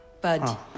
Bud